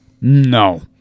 No